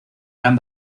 gran